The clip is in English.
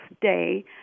day